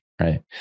Right